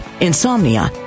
insomnia